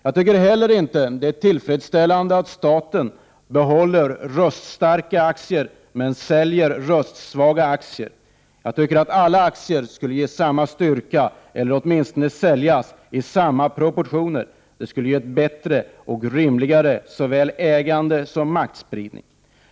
Det är inte heller tillfredsställande att staten behåller röststarka aktier och säljer röstsvaga aktier. Alla aktier skulle ha samma styrka eller åtminstone säljas i samma proportioner. Det skulle vara bättre och rimligare när det gäller såväl ägande som maktspridning.